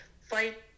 fight